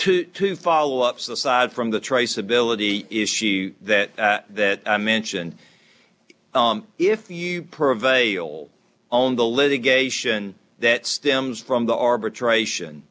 two to follow ups aside from the traceability issue that that i mentioned if the you prevail on the litigation that stems from the arbitration